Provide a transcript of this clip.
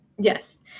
yes